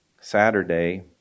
Saturday